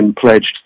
pledged